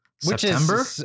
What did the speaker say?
September